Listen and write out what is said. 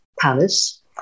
Palace